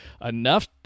enough